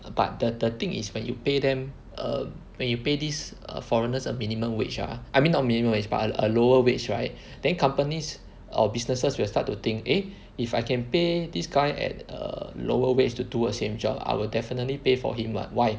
but the the thing is when you pay them err when you pay these err foreigners a minimum wage ah I mean not minimum wage but a a lower wage right then companies or businesses will start to think eh if I can pay this guy at a lower wage to do the same job I will definitely pay for him [what] why